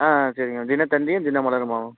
ஆ சரிங்க மேம் தினத்தந்தி தினமலருமா